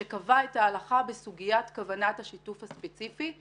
שקבע את ההלכה בסוגיית כוונת השיתוף הספציפי,